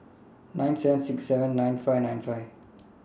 nine seven six seven nine five nine five